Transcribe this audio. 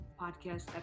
podcast